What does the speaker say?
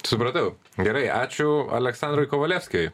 supratau gerai ačiū aleksandrui kovalevskiui